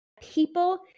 people